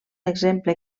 exemple